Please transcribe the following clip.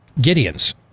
Gideon's